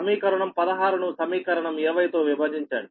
సమీకరణం 16 ను సమీకరణం 20తో విభజించండి